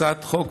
הצעת חוק,